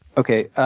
okay.